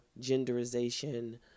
genderization